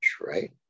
right